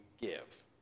give